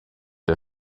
wir